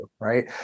right